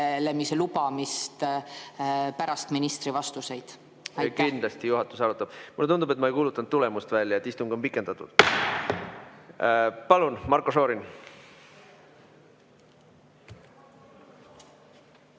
kõnelemise lubamist pärast ministri vastuseid. Kindlasti juhatus arutab seda. Mulle tundub, et ma ei kuulutanud tulemust välja. Istung on pikendatud. Palun, Marko, Šorin!